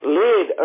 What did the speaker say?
laid